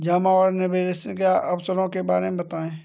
जमा और निवेश के अवसरों के बारे में बताएँ?